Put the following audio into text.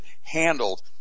handled